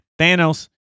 Thanos